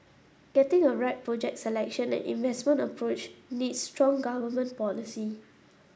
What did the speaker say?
getting the right project selection and investment approach needs strong government policy